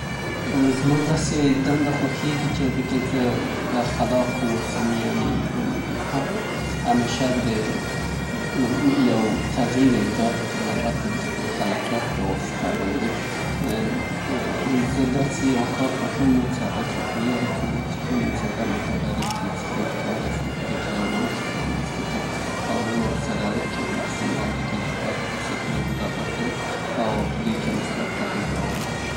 زما په نظر زما په زړه پورې دنده او یا وظیفه ، هغه به داسې یوه دنده یې چې یو څوک وکولای سي هغه خپل خلاقیت ته رشد ورکړي، فکري او د یو صحي ژوند توازن پکې رامنځته سي. او هغه چاپیریال کې چه کوم کار کوي، همیشه داسې وي چې د شخص ملاتړي.